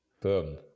Boom